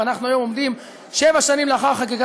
ואנחנו היום עומדים שבע שנים לאחר חקיקת